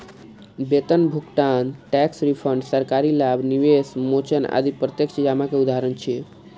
वेतन भुगतान, tax refund, सरकारी लाभ, निवेश मोचन आदि प्रत्यक्ष जमा के उदाहरण छियै